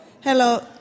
Hello